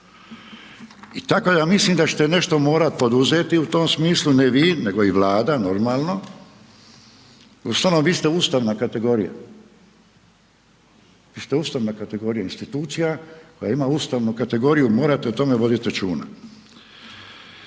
I tako da mislim da ćete nešto morati poduzeti u tom smislu, ne vi, nego i vlada, normalno, stvarno vi ste ustavna kategorija. Vi ste ustavna kategorija, institucija, koja ima ustavnu kategoriju, morate o tome voditi računa,